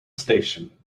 station